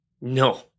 No